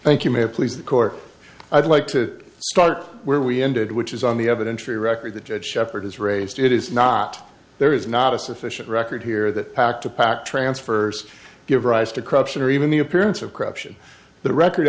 thank you may please the court i'd like to start where we ended which is on the evidence for the record the judge shepard has raised it is not there is not a sufficient record here that pact to pack transfers give rise to corruption or even the appearance of corruption the record